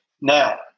Now